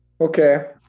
okay